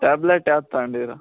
tablet ಯಾವ್ದು ತಗಂಡೀರ